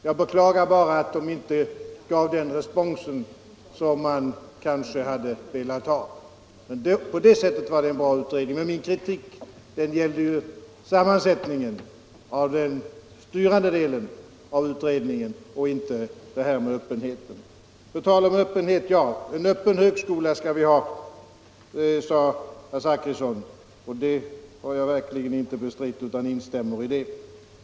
Jag beklagar bara att det inte gav den respons som man kanske hade velat ha. Men min kritik gällde sammansättningen av den styrande delen av utredningen och inte detta med öppenheten. På tal om öppenhet: En öppen högskola skall vi ha, sade herr Zachrisson, och det har jag verkligen inte bestritt utan instämmer i det.